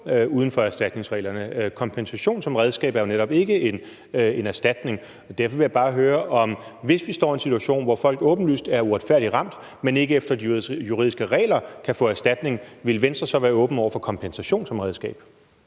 uden for erstatningsreglerne. Kompensation som redskab er jo netop ikke en erstatning. Derfor vil jeg bare høre, om Venstre, hvis vi står i en situation, hvor folk åbenlyst er uretfærdigt ramt, men ikke efter de juridiske regler kan få erstatning, så vil være åbne over for kompensation som redskab.